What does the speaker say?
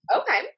Okay